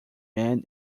men